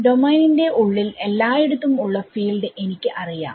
domain ന്റെ ഉള്ളിൽ എല്ലായിടത്തും ഉള്ള ഫീൽഡ് എനിക്ക് അറിയാം